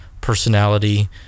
personality